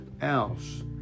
else